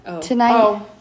Tonight